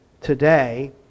today